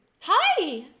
Hi